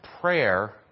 prayer